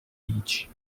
beach